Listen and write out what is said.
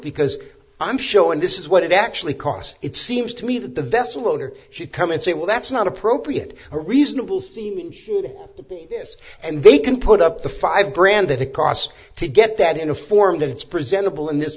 because i'm showing this is what it actually cost it seems to me that the vessel owner should come and say well that's not appropriate or reasonable seeming this and they can put up the five grand that it cost to get that in a form that it's presentable in this